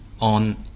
on